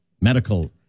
medical